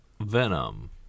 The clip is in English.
Venom